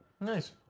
Nice